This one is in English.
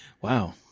Wow